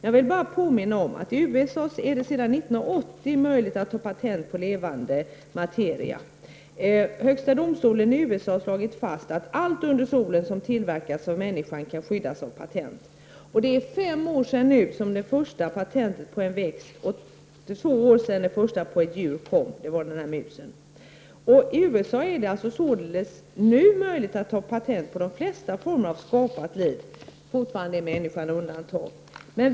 Jag vill påminna om att i USA är det sedan 1980 möjligt att ta patent på levande materia. Högsta domstolen i USA har slagit fast att allt under solen som tillverkas av människan kan skyddas av patent. Det är nu fem år sedan det första patentet på en växt togs, och det är två år sedan det första patentet på ett djur kom — det var den här musen. I USA är det således nu möjligt att ta patent på de flesta former av skapat liv — människan är fortfarande undantagen.